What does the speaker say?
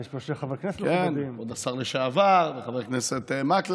יש פה שני חברי כנסת מכובדים.